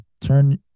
turn